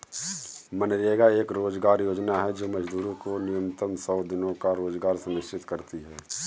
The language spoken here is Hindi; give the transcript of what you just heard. मनरेगा एक रोजगार योजना है जो मजदूरों को न्यूनतम सौ दिनों का रोजगार सुनिश्चित करती है